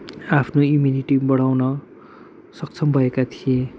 आफ्नो इम्युनिटी बढाउन सक्षम भएका थिए